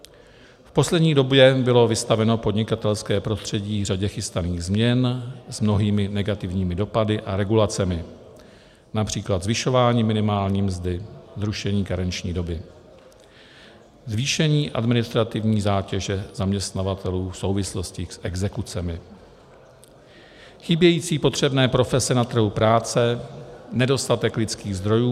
V poslední době bylo vystaveno podnikatelské prostředí řadě chystaných změn s mnohými negativními dopady a regulacemi, například zvyšování minimální mzdy, zrušení karenční doby, zvýšení administrativní zátěže zaměstnavatelů v souvislosti s exekucemi, chybějící potřebné profese na trhu práce, nedostatek lidských zdrojů;